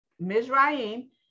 Mizraim